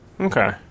Okay